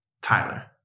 Tyler